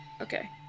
Okay